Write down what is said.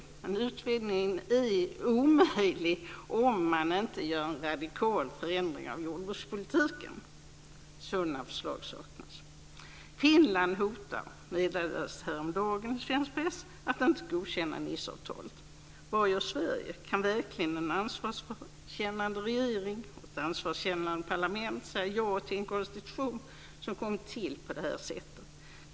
Men utvidgningen är omöjlig om man inte gör en radikal förändring av jordbrukspolitiken. Sådana förslag saknas. Finland hotar, meddelades det häromdagen i svensk press, att inte godkänna Niceavtalet. Vad gör Sverige? Kan verkligen en ansvarskännande regering och ett ansvarskännande parlament säga ja till en konstitution som kommit till på det här sättet?